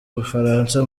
bufaransa